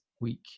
week